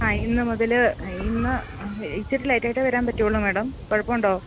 ആ ഇന്ന് മുതൽ ഇന്ന് ഇച്ചിരി ലേറ്റ് ആയിട്ടേ വരാന് പറ്റുകയുള്ളൂ മേഡം കുഴപ്പമുണ്ടോ